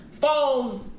falls